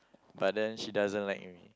but then she doesn't like me